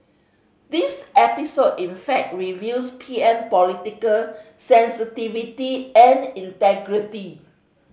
this episode in fact reveals P M political sensitivity and integrity